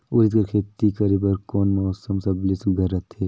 उरीद कर खेती करे बर कोन मौसम सबले सुघ्घर रहथे?